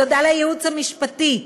תודה לייעוץ המשפטי,